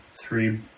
three